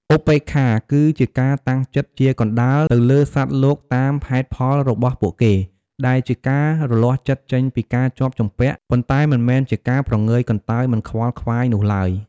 ឧបេក្ខាគឺជាការតាំងចិត្តជាកណ្តាលទៅលើសត្វលោកតាមហេតុផលរបស់ពួកគេ ដែលជាការរលាស់ចិត្តចេញពីការជាប់ជំពាក់ ប៉ុន្តែមិនមែនជាការព្រងើយកន្តើយមិនខ្វល់ខ្វាយនោះឡើយ។